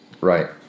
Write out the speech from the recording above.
Right